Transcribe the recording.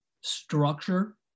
structure –